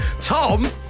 Tom